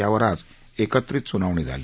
यावर आज एकत्रित स्नावणी झाली